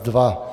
2.